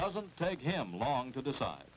doesn't take him long to decide